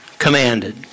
commanded